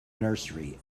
nursery